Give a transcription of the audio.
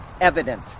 evident